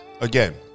Again